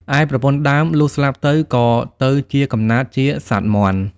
ឯប្រពន្ធដើម លុះស្លាប់ទៅ ក៏ទៅយកកំណើត ជាសត្វមាន់។